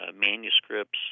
manuscripts